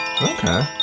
Okay